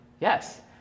Yes